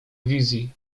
wizji